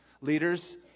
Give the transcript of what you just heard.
Leaders